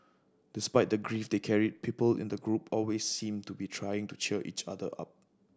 despite the grief they carried people in the group always seemed to be trying to cheer each other up